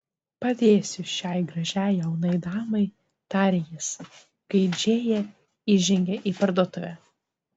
padėsiu šiai gražiai jaunai damai tarė jis kai džėja įžengė į parduotuvę